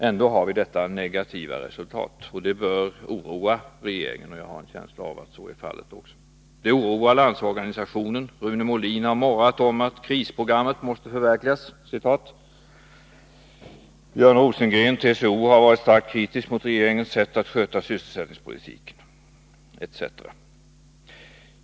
Ändå har vi detta negativa resultat och det bör oroa regeringen, och jag har en känsla av att så är fallet. Det oroar Landsorganisationen. Rune Molin har morrat om att krisprogrammet måste förverkligas. Björn Rosengren, TCO, har varit starkt kritisk mot regeringens sätt att sköta sysselsättningspolitiken.